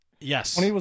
Yes